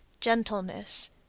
gentleness